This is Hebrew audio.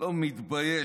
לא מתבייש.